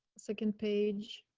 second page.